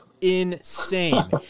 insane